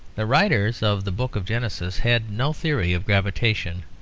the writers of the book of genesis had no theory of gravitation,